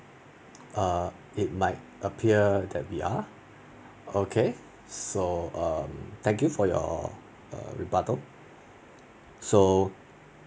err it might appear that we are okay so um thank you for your err rebuttal so